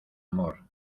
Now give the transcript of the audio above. amor